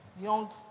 young